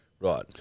Right